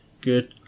good